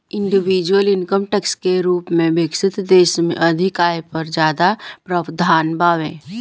individual income tax के रूप में विकसित देश में अधिक आय पर ज्यादा प्रावधान बावे